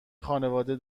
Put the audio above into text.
خانواده